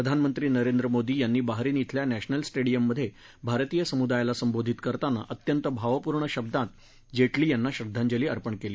प्रधानमंत्री नरेंद्र मोदी यांनी बहारीन इथल्या नष्ट्राल स्ट्रिक्यमध्य भारतीय समुदायाला संबोधित करताना अत्यंत भावपूर्ण शब्दात जट्की यांना श्रद्धांजली अर्पण कली